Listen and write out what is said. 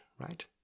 right